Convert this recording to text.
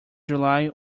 july